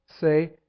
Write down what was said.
say